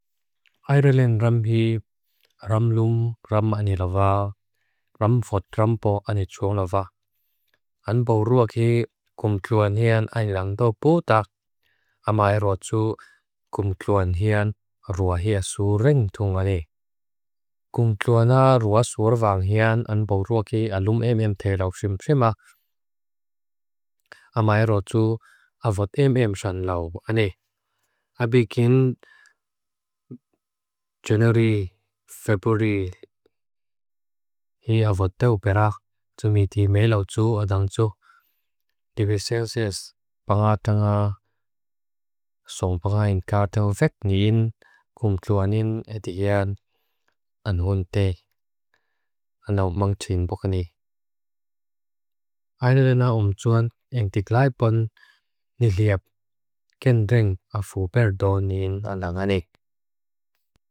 Aerellen ram hi ram lum, ram ani lava, ram for trampo ani tron lava. An bo ruaki kumkluan hian anilangdo potak. Amae rotu kumkluan hian ruahia suring tungane. Kumkluana ruasur vang hian an bo ruaki alum emem te lau simsima. Amae rotu avot emem san lau ane. Abikin janari feburi hi avoteu perak tumiti me lau tsu adang tsu. Dibisensis pangatanga songpangain kataw vek ngi in kumkluan in eti ian an hun te. Anaw mang chin pokani. Aerellena omchuan eng tiklaipon ni liep. Kendeng afu perdonin alanganik.